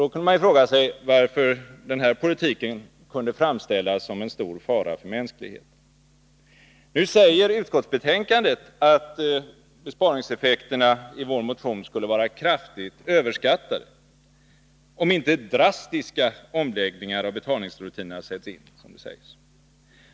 Då kan man fråga sig hur den här politiken kunde framställas som en stor fara för mänskligheten. Nu sägs det i utskottsbetänkandet att besparingseffekterna av vår motion skulle vara kraftigt överskattade, om inte drastiska omläggningar av betalningsrutinerna sätts in.